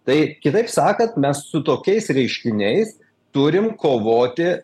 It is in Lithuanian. tai kitaip sakant mes su tokiais reiškiniais turim kovoti